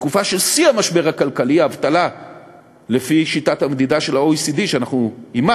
בתקופה של שיא המשבר הכלכלי: האבטלה לפי שיטת המדידה של ה-OECD שאימצנו,